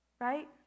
right